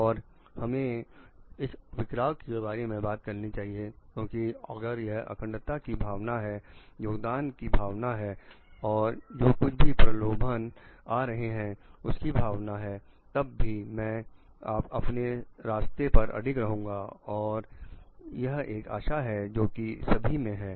और हमें इस बिखराव के बारे में बात करनी चाहिए क्योंकि अगर यह अखंडता की भावना है योगदान की है भावना है और जो कुछ भी प्रलोभन आ रहे हैं उसकी भावना है तब भी मैं अपने रास्ते पर अडिग रहूंगा और यह एक आशा है जो कि सभी से है